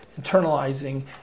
internalizing